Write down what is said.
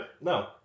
No